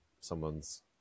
someone's